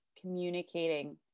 communicating